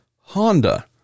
Honda